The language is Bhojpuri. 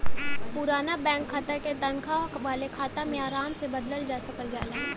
पुराना बैंक खाता क तनखा वाले खाता में आराम से बदलल जा सकल जाला